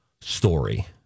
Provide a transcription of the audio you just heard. story